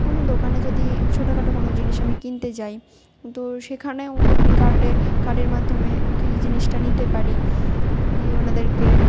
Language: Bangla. কোনো দোকানে যদি ছোটোখাটো কোনো জিনিস আমি কিনতে যাই তো সেখানেও আমি কার্ডে কার্ডের মাধ্যমে জিনিসটা নিতে পারি নিয়ে ওনাদেরকে